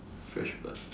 fresh plant